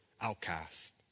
outcast